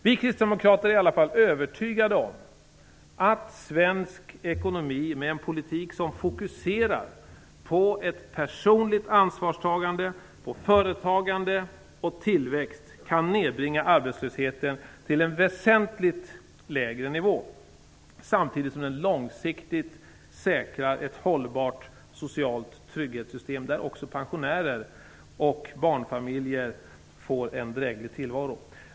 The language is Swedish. Vi kristdemokrater är övertygade om att svensk ekonomi med en politik som fokuserar på ökat personligt ansvarstagande, företagande och tillväxt kan nedbringa arbetslösheten till en väsentligt lägre nivå samtidigt som den långsiktigt säkrar ett hållbart socialt trygghetssystem där även pensionärer och barnfamiljer får en dräglig tillvaro.